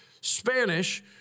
Spanish